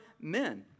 men